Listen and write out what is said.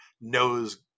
knows